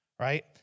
right